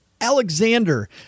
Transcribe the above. Alexander